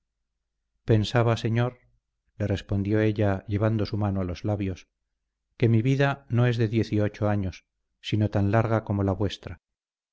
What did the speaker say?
pensaba señor le respondió ella llevando su mano a los labios que mi vida no es de dieciocho años sino tan larga como la vuestra